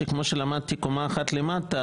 שכמו שלמדתי קומה אחת למטה,